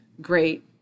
great